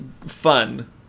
fun